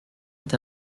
est